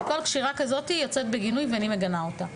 כל קשירה כזאת, אני מגנה אותה.